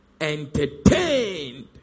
entertained